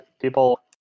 people